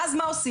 ואז מה עושים?